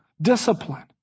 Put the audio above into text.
discipline